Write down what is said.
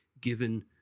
given